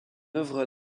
œuvre